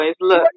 Look